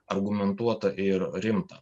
argumentuota ir rimta